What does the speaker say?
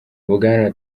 bwana